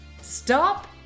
stop